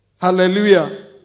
Hallelujah